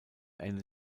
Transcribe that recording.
ende